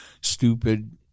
stupid